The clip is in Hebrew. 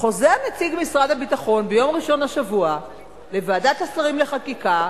חוזר נציג משרד הביטחון ביום ראשון השבוע לוועדת השרים לחקיקה,